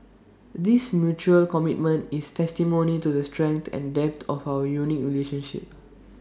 this mutual commitment is testimony to the strength and depth of our unique relationship